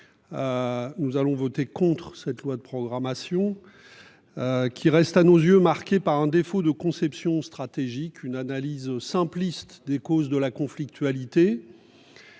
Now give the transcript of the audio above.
Nous allons voter contre cette loi de programmation. Qui reste à nos yeux, marqués par un défaut de conception stratégique une analyse simpliste des causes de la conflictualité.